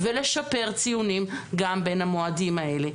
ולשפר ציונים גם בין המועדים האלה.